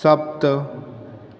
सप्त